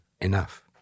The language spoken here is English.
enough